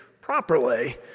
properly